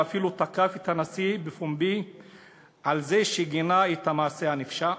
ואפילו תקף בפומבי את הנשיא על זה שגינה את המעשה הנפשע?